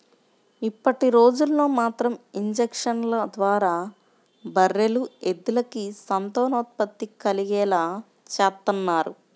ఇప్పటిరోజుల్లో మాత్రం ఇంజక్షన్ల ద్వారా బర్రెలు, ఎద్దులకి సంతానోత్పత్తి కలిగేలా చేత్తన్నారు